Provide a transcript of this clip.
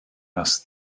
asked